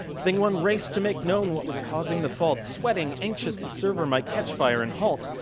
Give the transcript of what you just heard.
thing one raced to make known what was causing the fault. sweating, anxious the server might catch fire and halt.